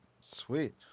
Sweet